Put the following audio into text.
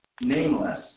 nameless